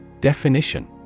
Definition